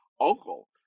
uncle